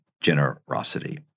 generosity